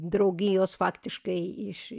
draugijos faktiškai iš